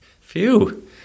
Phew